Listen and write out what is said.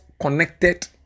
connected